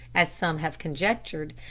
as some have conjectured,